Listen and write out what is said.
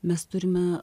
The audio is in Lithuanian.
mes turime